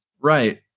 Right